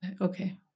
okay